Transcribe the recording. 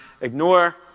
ignore